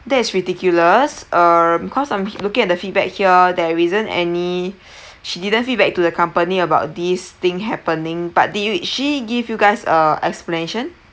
that's ridiculous um cause I'm looking at the feedback here there isn't any she didn't feedback to the company about these thing happening but did she give you guys a explanation